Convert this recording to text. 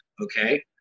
Okay